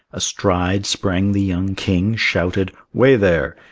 astride sprang the young king shouted, way there!